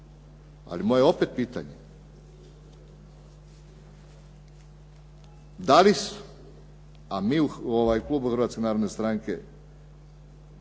Ali moje je opet pitanje da li a mi u klubu Hrvatske narodne stranke